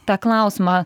tą klausimą